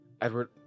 Edward